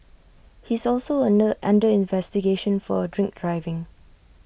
he is also under under investigation for A drink driving